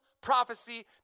prophecy